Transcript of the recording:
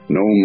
no